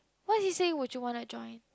what do you say would you want to join